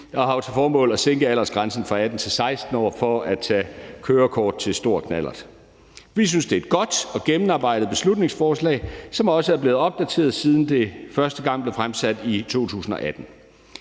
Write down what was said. og har jo til formål at sænke aldersgrænsen fra 18 til 16 år for at tage kørekort til stor knallert. Vi synes, det er et godt og gennemarbejdet beslutningsforslag, som også er blevet opdateret, siden det første gang blev fremsat i 2018.